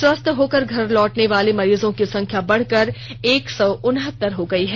स्वस्थ होकर घर लौटने वाले मरीजों की संख्या बढ़कर एक सौ उनहत्तर हो गयी है